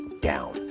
down